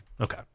Okay